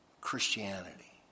Christianity